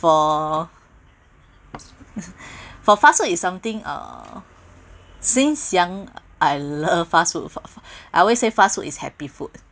for for fast food is something uh since young I loved fast food for I always say fast food is happy food